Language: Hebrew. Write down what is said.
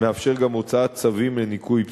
מאפשר גם הוצאת צווים לניקוי פסולת,